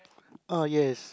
uh yes